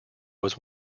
was